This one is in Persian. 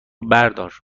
بردار